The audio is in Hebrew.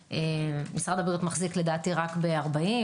משרד הבריאות מחזיק לדעתי כ-60%